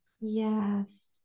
Yes